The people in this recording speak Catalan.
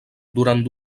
durant